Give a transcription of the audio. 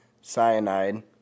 cyanide